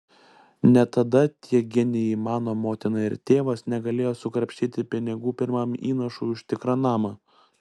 net tada tie genijai mano motina ir tėvas negalėjo sukrapštyti pinigų pirmam įnašui už tikrą namą